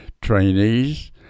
trainees